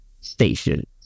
station